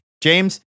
James